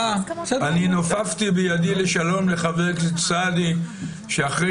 אני נופפתי בידי לשלום לחבר הכנסת סעדי שאחרי